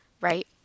right